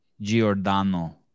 Giordano